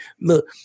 look